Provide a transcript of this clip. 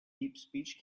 deepspeech